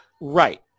Right